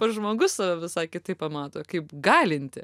pats žmogus save visai kitaip pamato kaip galintį